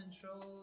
control